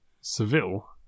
Seville